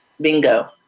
Bingo